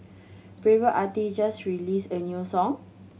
favourite artist just released a new song